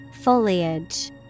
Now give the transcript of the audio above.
Foliage